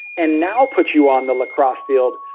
and now put you on the lacrosse field,